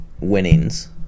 winnings